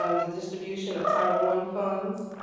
um the distribution of title one funds,